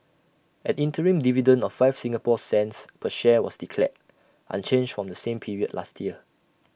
an interim dividend of five Singapore cents per share was declared unchanged from the same period last year